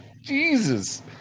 Jesus